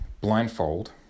blindfold